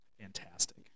Fantastic